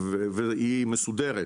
היא מסודרת,